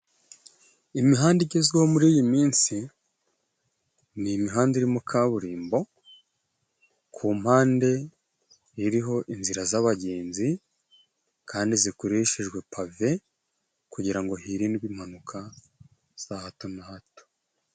Imihanda igezweho muriyi minsi, ni imihanda irimo kaburimbo. Ku mpande iriho inzira z'abagenzi kandi zikoreshejwe pave kugira ngo hirindwe impanuka za hato na hato.